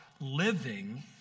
Living